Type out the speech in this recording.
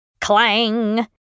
Clang